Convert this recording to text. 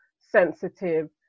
sensitive